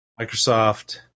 Microsoft